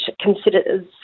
considers